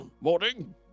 Morning